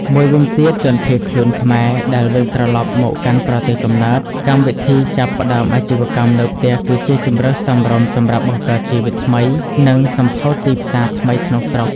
មួយវិញទៀតជនភៀសខ្លួនខ្មែរ ដែលវិលត្រឡប់មកកាន់ប្រទេសកំណើត កម្មវិធីចាប់ផ្តើមអាជីវកម្មនៅផ្ទះគឺជាជម្រើសសមរម្យសម្រាប់បង្កើតជីវិតថ្មី និងសម្ភោធទីផ្សារថ្មីក្នុងស្រុក។